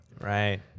Right